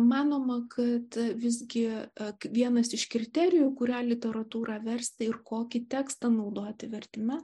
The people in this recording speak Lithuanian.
manoma kad visgi vienas iš kriterijų kurią literatūrą versti ir kokį tekstą naudoti vertime